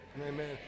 amen